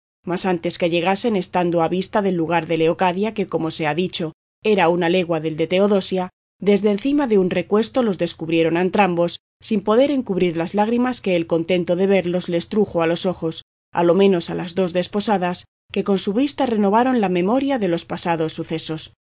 mas antes que llegasen estando a vista del lugar de leocadia que como se ha dicho era una legua del de teodosia desde encima de un recuesto los descubrieron a entrambos sin poder encubrir las lágrimas que el contento de verlos les trujo a los ojos a lo menos a las dos desposadas que con su vista renovaron la memoria de los pasados sucesos